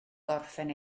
gorffen